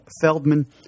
Feldman